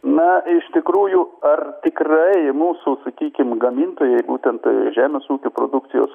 na iš tikrųjų ar tikrai mūsų sakykim gamintojai būtent žemės ūkio produkcijos